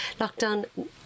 lockdown